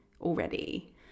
already